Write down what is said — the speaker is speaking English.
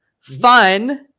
fun